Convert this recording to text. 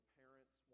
parents